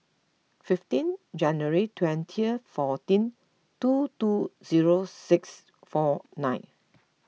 fifteen January twenty fourteen two two zero six four nine